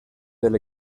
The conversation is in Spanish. del